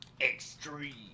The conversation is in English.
extreme